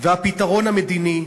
והפתרון המדיני,